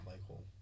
Michael